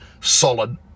solid